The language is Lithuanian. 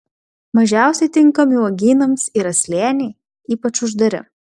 mažiausiai tinkami uogynams yra slėniai ypač uždari